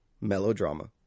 Melodrama